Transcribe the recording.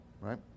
right